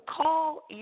call